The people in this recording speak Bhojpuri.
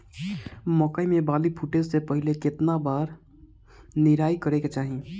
मकई मे बाली फूटे से पहिले केतना बार निराई करे के चाही?